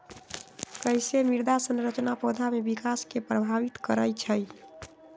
कईसे मृदा संरचना पौधा में विकास के प्रभावित करई छई?